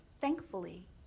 Thankfully